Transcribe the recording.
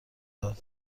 داد